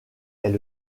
est